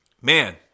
man